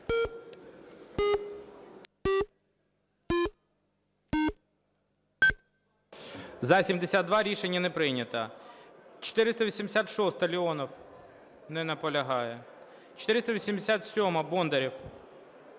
За-72 Рішення не прийнято. 486-а, Леонов. Не наполягає. 487-а, Бондарєв.